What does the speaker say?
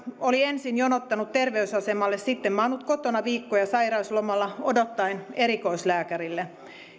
oli ensin jonottanut terveysasemalle sitten maannut kotona viikkoja sairauslomalla odottaen erikoislääkärille